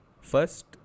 First